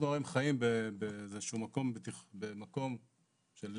אנחנו היום חיים באיזה שהוא מקום של לימבו,